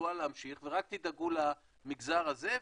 לתחלואה להמשיך ורק תדאגו למגזר הזה,